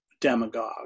demagogue